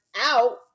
out